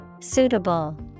Suitable